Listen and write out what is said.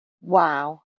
Wow